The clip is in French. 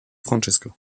francesco